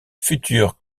futur